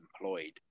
employed